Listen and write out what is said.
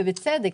ובצדק,